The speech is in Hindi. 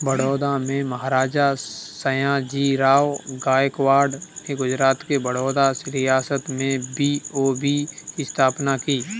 बड़ौदा के महाराजा, सयाजीराव गायकवाड़ ने गुजरात के बड़ौदा रियासत में बी.ओ.बी की स्थापना की